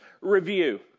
review